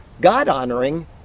God-honoring